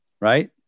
right